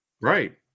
Right